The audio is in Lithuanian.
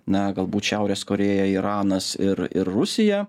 na galbūt šiaurės korėja iranas ir ir rusija